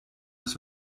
his